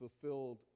fulfilled